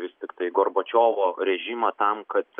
vis tiktai gorbačiovo režimą tam kad